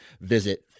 visit